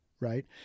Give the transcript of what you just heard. Right